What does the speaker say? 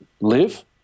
live